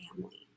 family